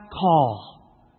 call